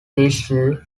thistle